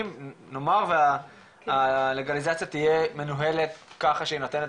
אם נאמר והלגליזציה תהיה מנוהלת כך שהיא נותנת